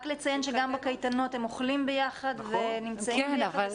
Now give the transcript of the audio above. לציין שגם בקייטנות הם אוכלים ביחד ונמצאים ביחד,